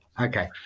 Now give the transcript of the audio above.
Okay